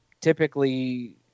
typically